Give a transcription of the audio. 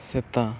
ᱥᱮᱛᱟ